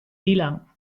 dylan